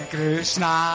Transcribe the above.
Krishna